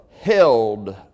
held